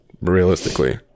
realistically